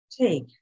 Take